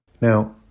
Now